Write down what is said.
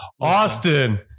Austin